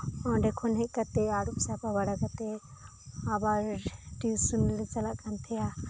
ᱚᱸᱰᱮᱠᱷᱚᱱ ᱦᱮᱡ ᱠᱟᱛᱮᱫ ᱟᱹᱨᱩᱵ ᱥᱟᱯᱷᱟ ᱵᱟᱲᱟ ᱠᱟᱛᱮᱫ ᱟᱵᱟᱨ ᱴᱤᱭᱩᱥᱚᱱᱞᱮ ᱪᱟᱞᱟᱜ ᱠᱟᱱ ᱛᱟᱦᱮᱱᱟ